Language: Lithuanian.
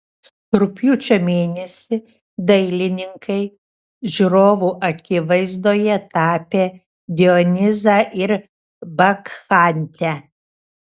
rugpjūčio mėnesį dailininkai žiūrovų akivaizdoje tapė dionizą ir bakchantę